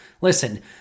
Listen